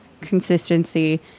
consistency